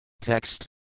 Text